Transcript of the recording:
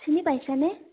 চিনি পাইছানে